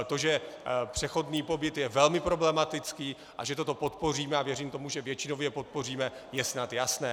To, že přechodný pobyt je velmi problematický a že toto podpoříme, a věřím tomu, že většinově podpoříme, je snad jasné.